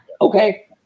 okay